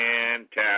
fantastic